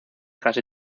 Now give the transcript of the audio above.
casi